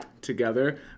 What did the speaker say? together